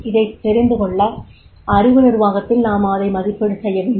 இதைத்தெரிந்து கொள்ள அறிவு நிர்வாகத்தில் நாம் அதை மதிப்பீடு செய்ய வேண்டும்